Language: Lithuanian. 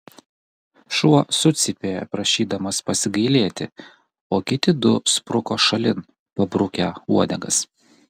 šuo sucypė prašydamas pasigailėti o kiti du spruko šalin pabrukę uodegas